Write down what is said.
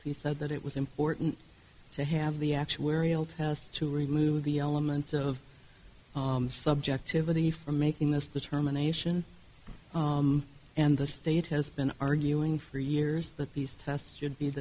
he said that it was important to have the actuarial tests to remove the element of subjectivity from making this determination and the state has been arguing for years that these tests should be